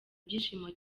ibyishimo